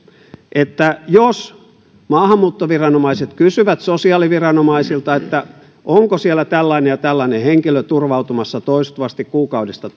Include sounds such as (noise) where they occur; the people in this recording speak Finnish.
että jos maahanmuuttoviranomaiset kysyvät sosiaaliviranomaisilta onko siellä tällainen ja tällainen henkilö turvautumassa toistuvasti kuukaudesta (unintelligible)